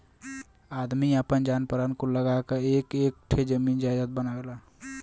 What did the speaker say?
आदमी आपन जान परान कुल लगा क एक एक ठे जमीन जायजात बनावेला